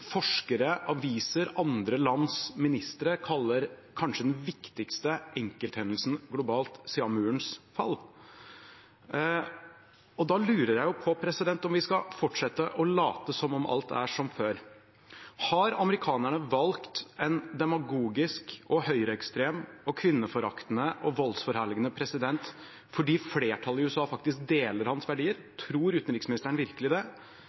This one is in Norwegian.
forskere, aviser, andre lands ministre kaller kanskje den viktigste enkelthendelsen globalt siden murens fall. Og da lurer jeg jo på om vi skal fortsette å late som om alt er som før. Har amerikanerne valgt en demagogisk, høyreekstrem, kvinneforaktende og voldsforherligende president fordi flertallet i USA faktisk deler hans verdier? Tror utenriksministeren virkelig det?